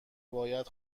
باید